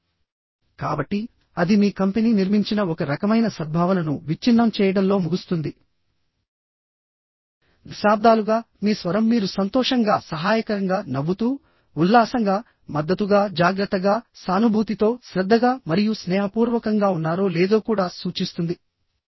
కాబట్టి అది మీ కంపెనీ నిర్మించిన ఒక రకమైన సద్భావనను విచ్ఛిన్నం చేయడంలో ముగుస్తుంది దశాబ్దాలుగా మీ స్వరం మీరు సంతోషంగా సహాయకరంగా నవ్వుతూ ఉల్లాసంగా మద్దతుగా జాగ్రత్తగా సానుభూతితో శ్రద్ధగా మరియు స్నేహపూర్వకంగా ఉన్నారో లేదో కూడా సూచిస్తుంది